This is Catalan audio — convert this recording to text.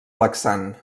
laxant